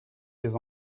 des